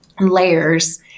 layers